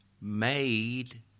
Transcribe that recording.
made